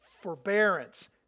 forbearance